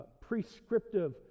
prescriptive